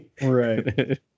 right